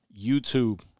YouTube